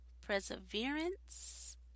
perseverance